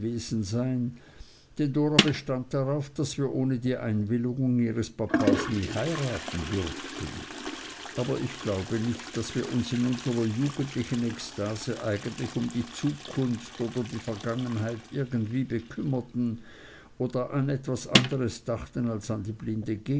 sein denn dora bestand darauf daß wir ohne die einwilligung ihres papas nie heiraten dürften aber ich glaube nicht daß wir uns in unserer jugendlichen ekstase eigentlich um die zukunft oder die vergangenheit irgendwie bekümmerten oder an etwas anderes dachten als an die